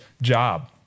job